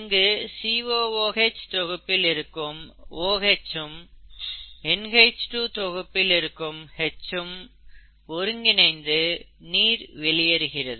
இங்கு COOH தொகுப்பில் இருக்கும் OH உம் NH2 தொகுப்பில் இருக்கும் H உம் ஒருங்கிணைந்து நீர் வெளியேறுகிறது